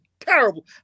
Terrible